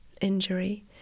injury